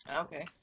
Okay